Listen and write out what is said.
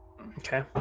Okay